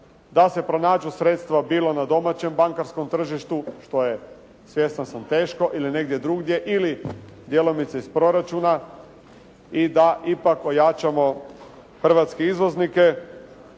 da se pronađu sredstva bilo na domaćem bankarskom tržištu što je svjestan sam teško ili negdje drugdje ili djelomice iz proračuna i da ipak ojačamo hrvatske izvoznike.